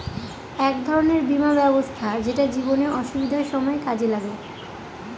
এক ধরনের বীমা ব্যবস্থা যেটা জীবনে অসুবিধার সময় কাজে লাগে